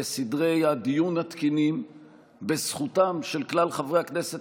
בסדרי הדיון התקינים ובזכותם של כלל חברי הכנסת